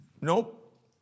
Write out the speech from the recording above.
nope